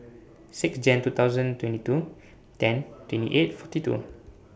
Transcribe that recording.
six Jan two thousand twenty two ten twenty eight forty two